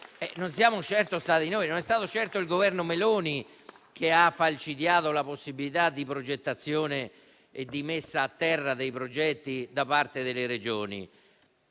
non siamo certo stati noi. Non è stato certo il Governo Meloni a falcidiare la possibilità di progettazione e di messa a terra dei progetti da parte delle Regioni.